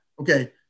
okay